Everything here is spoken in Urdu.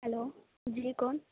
ہلو جی کون